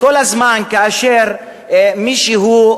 כאשר מישהו,